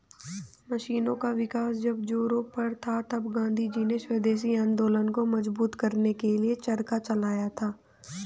मशीनों का विकास जब जोरों पर था तब गाँधीजी ने स्वदेशी आंदोलन को मजबूत करने के लिए चरखा चलाया था